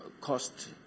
cost